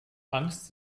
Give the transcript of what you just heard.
angst